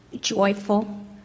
joyful